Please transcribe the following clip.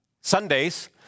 Sundays